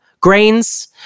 grains